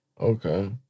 Okay